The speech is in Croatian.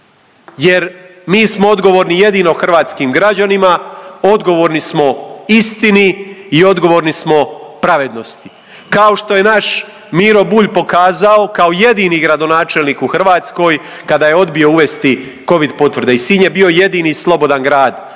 jer mi smo odgovorni jedini hrvatskim građanima, odgovorni smo istini i odgovorni smo pravednosti kao što je naš Miro Bulj pokazao kao jedini gradonačelnik u Hrvatskoj kada je odbio uvesti covid potvrde i Sinj je bio jedini slobodan grad